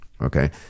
okay